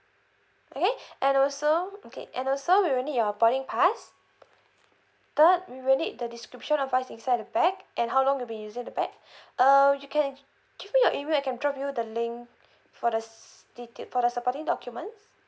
okay and also okay and also we will need your boarding pass third we will need the description of what's inside the bag and how long you've been using the bag uh you can give me your email I can drop you the link for the detail for the supporting documents